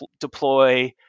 deploy